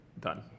done